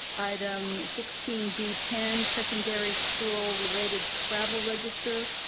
item sixteen b ten, secondary school related travel register.